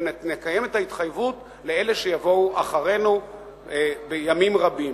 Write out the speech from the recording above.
ונקיים את ההתחייבות לאלה שיבואו אחרינו בימים רבים.